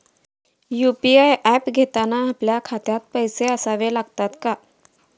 UPI app घेताना आपल्या खात्यात पैसे असावे लागतात का?